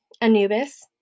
Anubis